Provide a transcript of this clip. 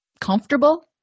comfortable